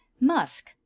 Musk